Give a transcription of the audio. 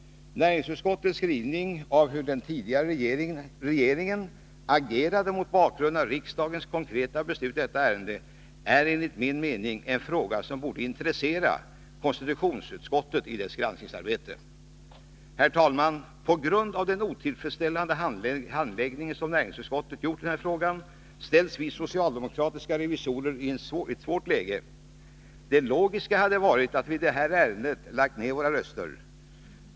Näringsutskottets beskrivning av hur den tidigare regeringen agerade mot bakgrund av riksdagens konkreta beslut i detta ärende är, enligt min mening, en fråga som borde intressera konstitutionsutskottet i dess granskningsarbete. Herr talman! På grund av den otillfredsställande handläggning som näringsutskottet gjort i denna fråga försätts vi socialdemokratiska revisorer i ett svårt läge. Det logiska hade varit att vi i detta ärende lagt ner våra röster.